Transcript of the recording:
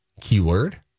Keyword